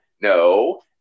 no